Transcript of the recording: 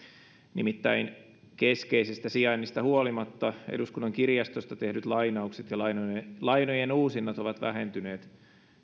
nimittäin keskeisestä sijainnista huolimatta eduskunnan kirjastosta tehdyt lainaukset ja lainojen lainojen uusinnat ovat vähentyneet